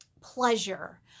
pleasure